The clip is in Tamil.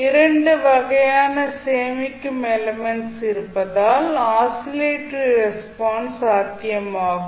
இரண்டு வகையான சேமிக்கும் எலிமெண்ட்ஸ் இருப்பதால் ஆசிலேட்டரி ரெஸ்பான்ஸ் சாத்தியமாகும்